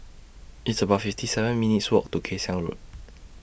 It's about fifty seven minutes' Walk to Kay Siang Road